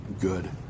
good